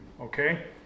okay